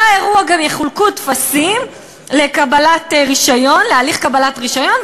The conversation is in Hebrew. באירוע גם יחולקו טפסים להליך קבלת רישיון,